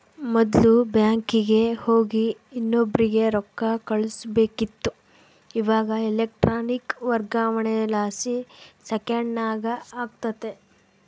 ಮೊದ್ಲು ಬ್ಯಾಂಕಿಗೆ ಹೋಗಿ ಇನ್ನೊಬ್ರಿಗೆ ರೊಕ್ಕ ಕಳುಸ್ಬೇಕಿತ್ತು, ಇವಾಗ ಎಲೆಕ್ಟ್ರಾನಿಕ್ ವರ್ಗಾವಣೆಲಾಸಿ ಸೆಕೆಂಡ್ನಾಗ ಆಗ್ತತೆ